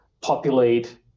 populate